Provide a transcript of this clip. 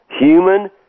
human